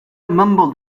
mumbled